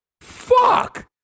Fuck